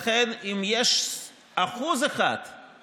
לכן, אם יש 1% מתוך